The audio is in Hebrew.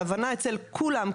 ההבנה אצל כולם,